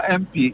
mp